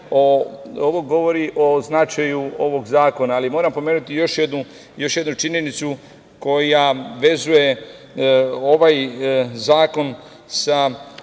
govori o značaju ovog zakona, ali moram pomenuti još jednu činjenicu koja vezuje ovaj zakon sa